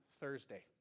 Thursday